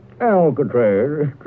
Alcatraz